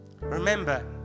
Remember